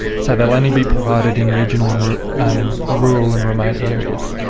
so they'll only be provided in regional and rural um rural and remote areas.